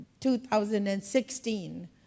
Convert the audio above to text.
2016